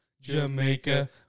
jamaica